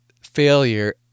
failure